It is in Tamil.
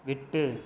விட்டு